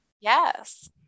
Yes